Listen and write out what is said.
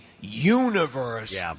universe